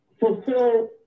fulfill